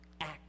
Act